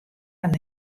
dan